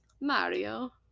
Mario